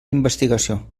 investigació